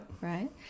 Right